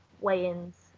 weigh-ins